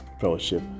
fellowship